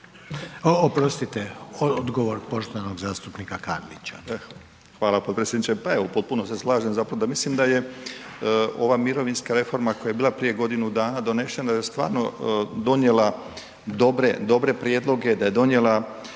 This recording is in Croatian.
Oprostite, odgovor poštovanog zastupnika Karlića. **Karlić, Mladen (HDZ)** Hvala potpredsjedniče. Pa evo, u potpunosti se slažem zapravo mislim da je ova mirovinska reforma koja je bila prije godinu dana donesena je stvarno donijela dobre prijedloge, da je donijela